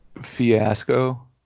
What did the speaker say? fiasco